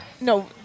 No